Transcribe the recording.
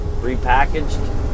repackaged